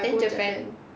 then japan